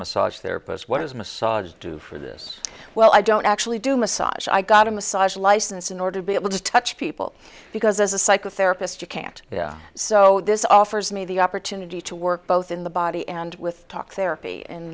massage therapist what does massage do for this well i don't actually do massage i got a massage license in order to be able to touch people because as a psychotherapist you can't so this offers me the opportunity to work both in the body and with talk therapy